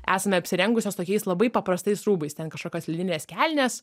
esame apsirengusios tokiais labai paprastais rūbais ten kažkokios lininės kelnės